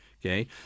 okay